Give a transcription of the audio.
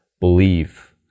believe